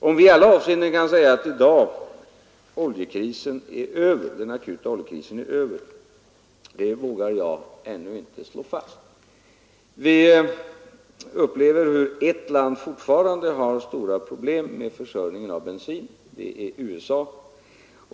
Jag vågar ännu inte slå fast att den akuta oljekrisen i dag i alla avseenden är över. Ett land har fortfarande stora problem med försörjningen av bensin: det är USA.